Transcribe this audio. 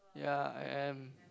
ya I am